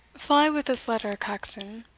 fly with this letter, caxon,